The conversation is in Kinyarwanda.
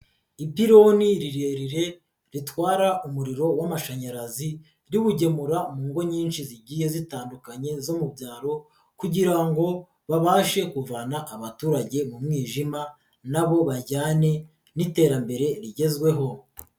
Ipironi rirerire ritwara umuriro w'amashanyarazi riwugemura mu ngo nyinshi zigiye zitandukanye zo mu byaro kugira ngo babashe kuvana abaturage mu mwijima na bo bajyane n'iterambere rigezweho.